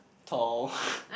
tall